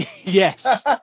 Yes